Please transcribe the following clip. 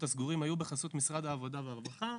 הסגורים היו בחסות משרד העבודה והרווחה,